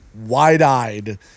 wide-eyed